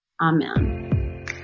Amen